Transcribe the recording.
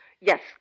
Yes